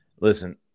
Listen